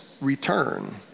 return